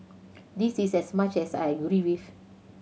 this is as much as I agree with